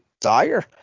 dire